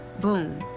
boom